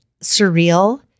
surreal